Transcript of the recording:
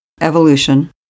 evolution